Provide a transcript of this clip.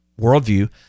worldview